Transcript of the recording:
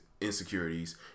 insecurities